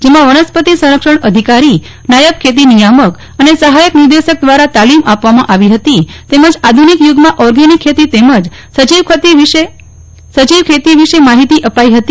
જેમાં વનસ્પતિ સંરક્ષણ અધિકારી નાયબ ખેતી નિયામક અને સહાયક નિર્દેશક દ્વારા તાલીમ આપવામાં આવી હતી તેમજ આધુનિક યુગમાં ઓર્ગનિક ખેતી તેમજ સજીવ ખેતી વિષે માહિતી અપાઈ હતી